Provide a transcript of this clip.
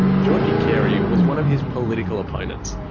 georgie carey was one of his political opponents.